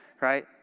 right